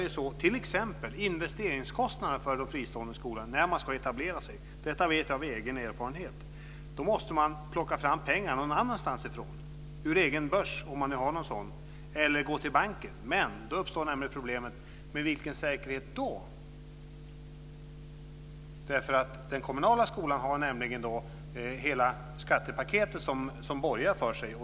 Det gäller t.ex. investeringskostnader för fristående skolor. När man ska etablera sig - detta vet jag av egen erfarenhet - måste man plocka fram pengarna någon annanstans ifrån, ur egen börs om man har någon sådan, eller gå till banken. Men då uppstår problemet: Med vilken säkerhet? Den kommunala skolan har nämligen hela skattepaketet som borgar för sig.